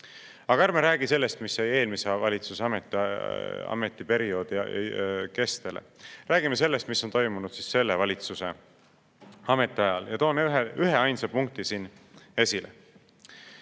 Aga ärme räägime sellest, mis jäi eelmise valitsuse ametiperioodi. Räägime sellest, mis on toimunud selle valitsuse ametiajal. Toon üheainsa punkti siin esile.